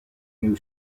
new